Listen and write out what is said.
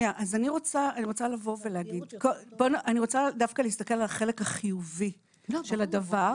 אני רוצה להסתכל על החלק החיובי של הדבר.